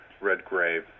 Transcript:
Redgrave